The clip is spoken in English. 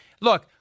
Look